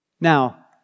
Now